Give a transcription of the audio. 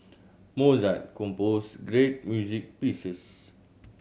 Mozart composed great music pieces